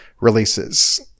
releases